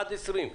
עד 2020,